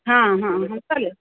हां हां हां चालेल